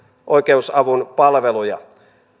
oikeusavun palveluja